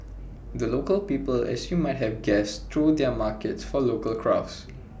the local people as you might have guessed throw their markets for local crafts